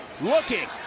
looking